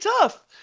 tough